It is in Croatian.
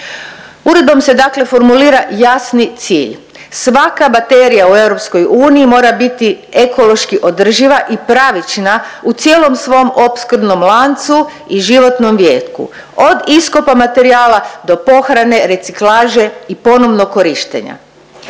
Uredbom se dakle formulira jasni cilj. Svaka baterija u EU mora biti ekološki održiva i pravična u cijelom svom opskrbnom lancu i životnom vijeku od iskopa materijala do pohrane reciklaže i ponovnog korištenja.